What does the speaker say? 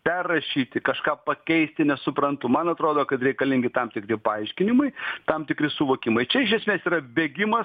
perrašyti kažką pakeisti nesuprantu man atrodo kad reikalingi tam tikri paaiškinimai tam tikri suvokimai čia iš esmės yra bėgimas